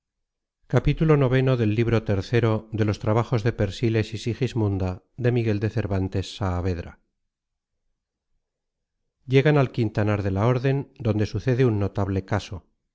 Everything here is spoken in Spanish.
capítulo v llegan al quintanar de la orden donde sucede un notable caso